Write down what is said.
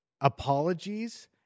apologies